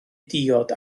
diod